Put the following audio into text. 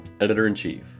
Editor-in-Chief